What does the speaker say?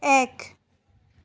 এক